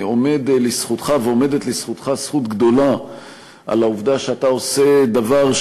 עומדת לך זכות גדולה על העובדה שאתה עושה דבר,